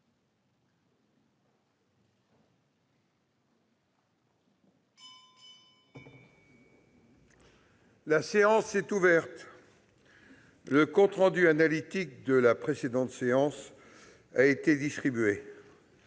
La séance est ouverte. Le compte rendu analytique de la précédente séance a été distribué.